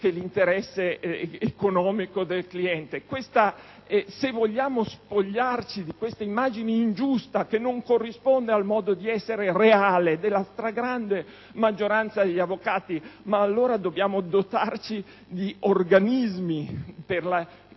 che l'interesse economico del cliente. Se vogliamo liberarci di questa immagine ingiusta, che non corrisponde al modo di essere reale della stragrande maggioranza degli avvocati, dobbiamo dotarci di organismi preposti